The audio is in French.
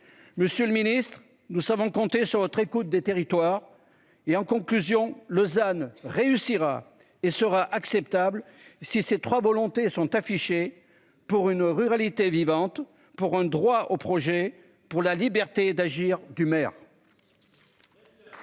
Monsieur le Ministre, nous savons compter sur notre écoute des territoires et en conclusion Lausanne réussira et sera acceptable, si ces 3 volonté sont affichés pour une ruralité vivante pour un droit au projet pour la liberté d'agir du maire.